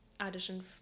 audition